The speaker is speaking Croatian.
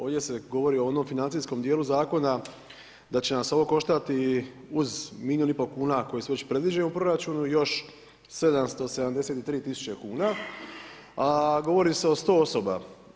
Ovdje se govori o onom financijskom dijelu zakona da će nas ovo koštati uz milijun i pol kuna koji su već predviđeni u proračunu, još 773000 kuna, a govori se o 100 osoba.